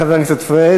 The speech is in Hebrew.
חבר הכנסת פריג'.